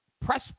press